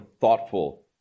thoughtful